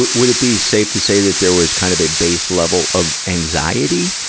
would, would it be safe to say that there was kind of a base level of anxiety?